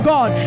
God